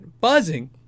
buzzing